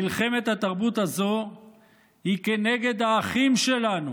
מלחמת התרבות הזו היא כנגד האחים שלנו.